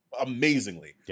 Amazingly